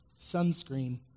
sunscreen